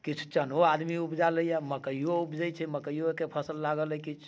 किछु चनो आदमी उपजा लैये मकइयो उपजै छै मकइयोके फसल लागल अइ किछु